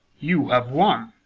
you have won.